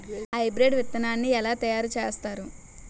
Hybrid విత్తనాన్ని ఏలా తయారు చేస్తారు?